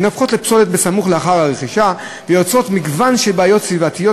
הן הופכות לפסולת סמוך לאחר הרכישה ויוצרות מגוון של בעיות סביבתיות.